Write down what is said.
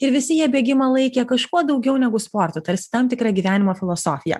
ir visi jie bėgimą laikė kažkuo daugiau negu sportu tarsi tam tikra gyvenimo filosofija